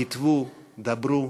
כתבו, דברו,